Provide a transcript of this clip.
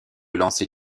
lancer